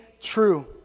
true